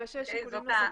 הבנתי שיש שיקולים נוספים,